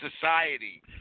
society